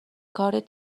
کارد